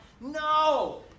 No